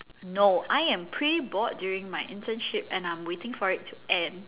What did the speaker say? no I am pretty bored during my internship and I'm waiting for it to end